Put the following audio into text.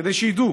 כדי שידעו.